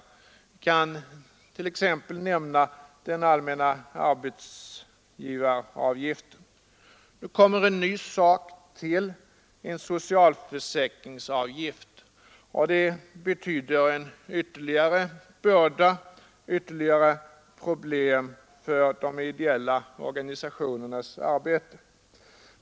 Jag kan t.ex. nämna den allmänna arbetsgivaravgiften. Nu tillkommer en ny sak, en socialförsäkringsavgift, och den betyder en ytterligare börda och ytterligare problem för de ideella organisationerna och deras arbete.